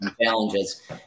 challenges